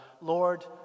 Lord